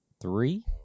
three